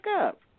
up